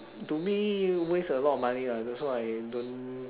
to me waste a lot of money lah that's why I don't